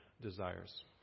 desires